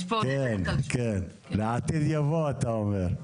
כן, כן, לעתיד יבוא אתה אומר.